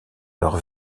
leur